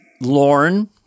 Lauren